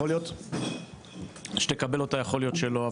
יכול להיות שתקבל אותה ויכול להיות שלא.